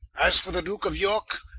as for the duke of yorke,